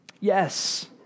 Yes